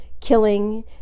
killing